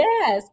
Yes